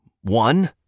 One